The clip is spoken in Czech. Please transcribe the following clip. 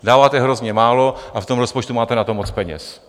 Dáváte hrozně málo a v tom rozpočtu máte na to moc peněz.